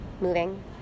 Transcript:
moving